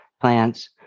plants